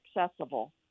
accessible